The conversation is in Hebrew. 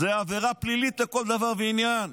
זו עבירה פלילית לכל דבר ועניין,